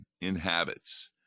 inhabits